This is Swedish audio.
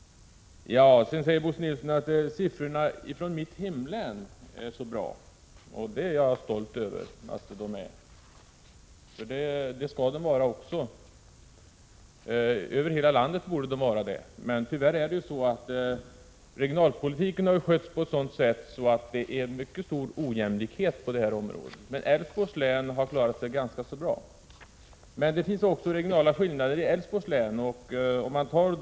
Bo Nilsson säger att siffrorna från mitt hemlän är bra, och jag är stolt över att de är det. De skall vara bra och de borde vara bra över hela landet. Men tyvärr har regionalpolitiken skötts på ett sådant sätt att det råder mycket stor ojämlikhet på detta område. Älvsborgs län har klarat sig ganska bra, men det finns regionala skillnader också inom Älvsborgs län.